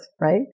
right